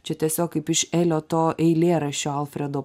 čia tiesiog kaip iš elio to eilėraščio alfredo